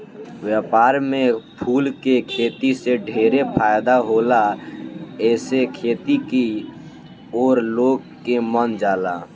व्यापार में फूल के खेती से ढेरे फायदा होला एसे खेती की ओर लोग के मन जाला